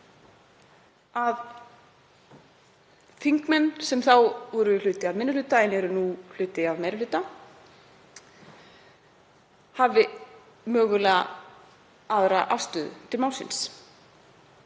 að þingmenn sem þá voru hluti af minni hluta, en eru nú hluti af meiri hluta, hafi mögulega aðra afstöðu til málsins